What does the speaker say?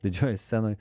didžiojoj scenoj